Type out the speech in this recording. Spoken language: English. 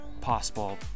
possible